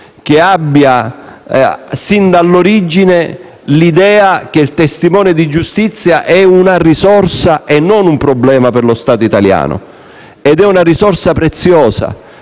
che parte sin dall'origine dall'idea che il testimone di giustizia è una risorsa e non un problema per lo Stato italiano ed è una risorsa preziosa.